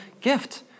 gift